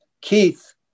keith